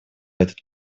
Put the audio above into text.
этот